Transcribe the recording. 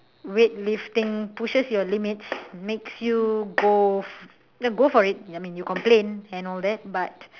weightlifting pushes your limits makes you go go for it I mean you complain and all that but